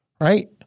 Right